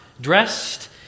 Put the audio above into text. dressed